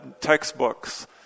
textbooks